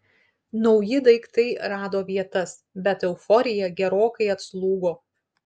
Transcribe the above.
nauji daiktai rado vietas bet euforija gerokai atslūgo